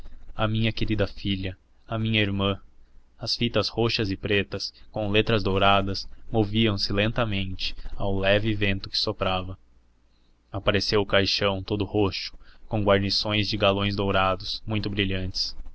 à minha querida filha à minha irmã as fitas roxas e pretas com letras douradas moviam-se lentamente ao leve vento que soprava apareceu o caixão todo roxo com guarnições de galões dourados muito brilhantes